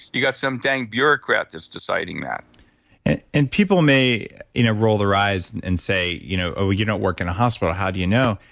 you've got some dang bureaucrat that's deciding that and people may roll their eyes and say, you know you don't work in a hospital, how do you know?